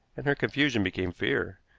and her confusion became fear.